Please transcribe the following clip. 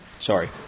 Sorry